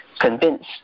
convince